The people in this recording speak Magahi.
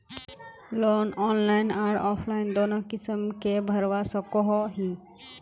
लोन ऑनलाइन आर ऑफलाइन दोनों किसम के भरवा सकोहो ही?